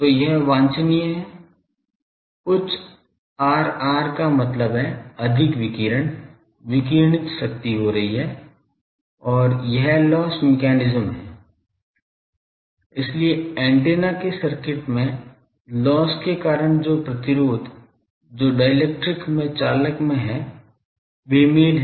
तो यह वांछनीय है उच्च Rr का मतलब है अधिक विकिरण विकिरणित शक्ति हो रही है और यह लॉस मैकेनिज्म है इसलिए ऐन्टेना के सर्किट में लॉस के कारण जो प्रतिरोध जो डाइइलेक्ट्रिक में चालक में है बेमेल है